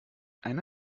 eine